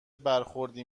برخوردی